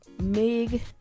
mig